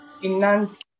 finance